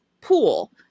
pool